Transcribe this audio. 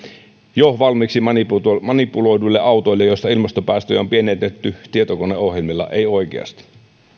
jo valmiiksi manipuloiduille manipuloiduille autoille joista ilmastopäästöjä on pienennetty tietokoneohjelmilla ei oikeasti